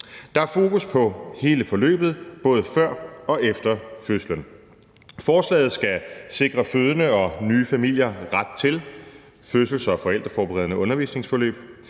Der er fokus på hele forløbet både før og efter fødslen. Forslaget skal sikre fødende og nye familier ret til fødsels- og forældreforberedende undervisningsforløb,